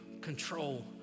control